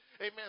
amen